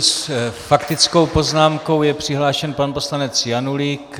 S faktickou poznámkou je přihlášen pan poslanec Janulík.